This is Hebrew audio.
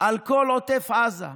על כל עוטף עזה,